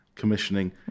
Commissioning